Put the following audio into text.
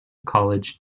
college